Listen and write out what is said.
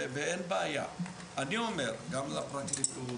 אני אומר גם לפרקליטות,